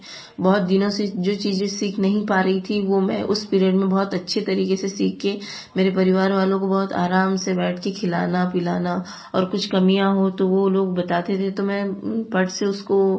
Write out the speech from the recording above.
बहुत दिनों से जो चीज़ सीख नहीं पा रही थी वह मैं उस पीरीअड में बहुत अच्छे तरीके से सीख के मेरे परिवार वालों को बहुत आराम से बैठकर खाना पिलाना और कुछ कमियाँ हो तो वह लोग बताते थे उन पार्ट से उसको